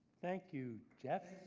thank you, jeff.